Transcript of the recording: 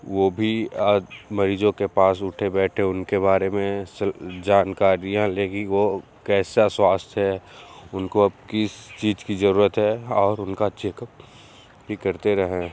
वो भी आज मरीज़ों के पास उठे बैठे उनके बारे में सब जानकारियां ले कि वो कैसा स्वास्थ्य है उनको अब किस चीज़ की रूरत है और उनका चेकअप भी करते रहें